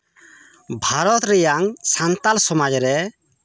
ᱵᱷᱟᱨᱚᱛ ᱨᱮᱭᱟᱝ ᱥᱟᱱᱛᱟᱞ ᱥᱚᱢᱟᱡᱽ ᱨᱮ